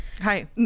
Hi